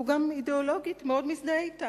והוא גם אידיאולוגית מאוד מזדהה אתה.